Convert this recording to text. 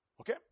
Okay